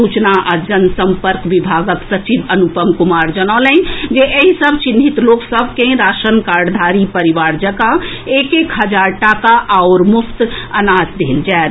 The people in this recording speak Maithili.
सूचना आ जनसम्पर्क विभागक सचिव अनुपम कुमार जनौलनि जे एहि सभ चिन्हित लोक सभ के राशन कार्डधारी परिवार जंका एक एक हजार टाका आओर मुफ्त अनाज देल जाएत